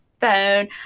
phone